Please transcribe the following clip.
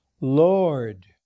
Lord